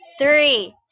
three